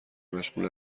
مشغول